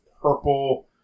purple